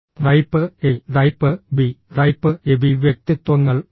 type A type B type AB വ്യക്തിത്വങ്ങൾ ഉണ്ട്